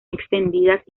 extendidas